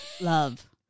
Love